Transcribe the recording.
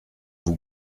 vos